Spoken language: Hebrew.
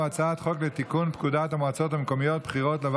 אני קובע שהצעת החוק של משה סולומון להנצחת זכרו של הרב